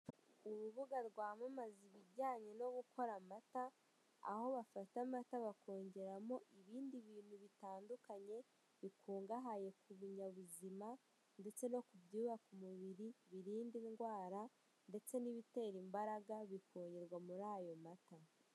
Urubuga rwamamaza ibijyanye no gukora amata aho bafata amata aho bafata amata bakongeramo ibindi bintu bitandukanye bikungahaye ku binyabuzima ndetse no kubyubaka umubiri, ibirinda indwara ndetse n'ibitera imbaraga bikongerwa muri ayo mata.